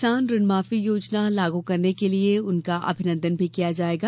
किसान ऋणमाफी योजना लागू करने के लिए उनका अभिनंदन भी किया जायेगा